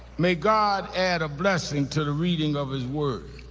my god add a blessing to the reading of his word.